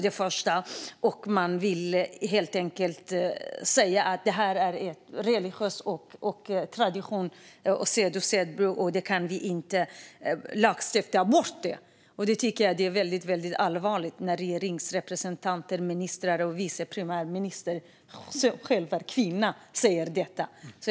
Man förminskar problemet och säger att det är en religiös tradition och sed som man inte kan lagstifta bort. Jag tycker att det är väldigt allvarligt när regeringsrepresentanter, ministrar och en vice premiärminister som själv är kvinna säger detta.